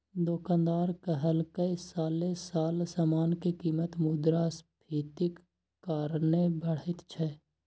दोकानदार कहलकै साले साल समान के कीमत मुद्रास्फीतिक कारणे बढ़ैत छै